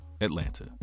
Atlanta